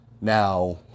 Now